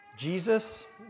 Jesus